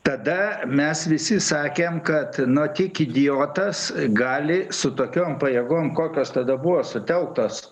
tada mes visi sakėm kad no tiek idiotas gali su tokiom pajėgom kokios tada buvo sutelktos